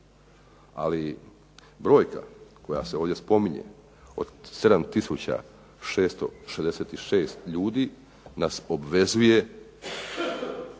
ali brojka koja se ovdje spominje od 7 tisuća 666 ljudi nas obvezuje,